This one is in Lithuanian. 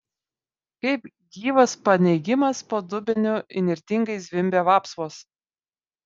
kaip gyvas paneigimas po dubeniu įnirtingai zvimbė vapsvos